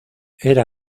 era